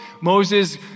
Moses